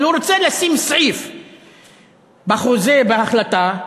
אבל הוא רוצה לשים סעיף בחוזה, בהחלטה,